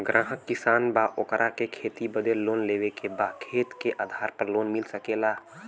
ग्राहक किसान बा ओकरा के खेती बदे लोन लेवे के बा खेत के आधार पर लोन मिल सके ला?